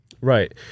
right